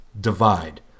divide